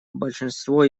большинство